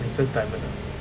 princess diamond ah